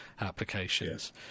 applications